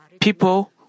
people